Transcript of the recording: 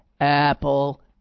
apple